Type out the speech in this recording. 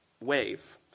wave